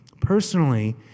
Personally